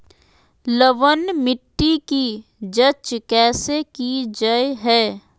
लवन मिट्टी की जच कैसे की जय है?